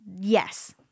Yes